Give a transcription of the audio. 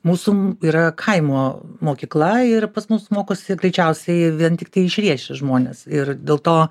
mūsų yra kaimo mokykla ir pas mus mokosi greičiausiai vien tiktai iš riešės žmonės ir dėl to